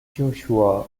joshua